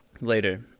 later